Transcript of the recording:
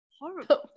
Horrible